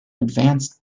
advanced